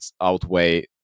outweigh